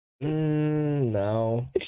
no